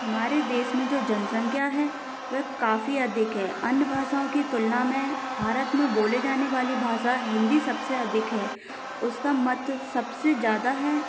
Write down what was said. हमारे देश में जो जनसंख्या है वह काफी अधिक है अन्य भाषाओं की तुलना में भारत में बोले जाने वाली भाषा हिंदी सबसे अधिक है उसका मत सबसे ज्यादा है